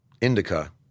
indica